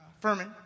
Furman